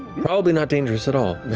probably not dangerous at all.